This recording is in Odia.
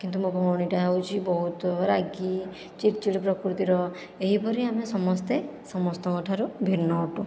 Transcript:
କିନ୍ତୁ ମୋ ଭଉଣୀଟା ହେଉଛି ବହୁତ ରାଗି ଚିଡ଼ଚିଡ଼ ପ୍ରକୃତିର ଏହିପରି ଆମେ ସମସ୍ତେ ସମସ୍ତଙ୍କଠାରୁ ଭିନ୍ନ ଅଟୁ